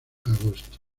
agosto